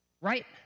right